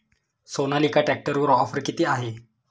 सोनालिका ट्रॅक्टरवर ऑफर किती आहे?